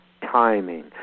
timing